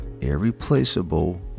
irreplaceable